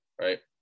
right